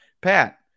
Pat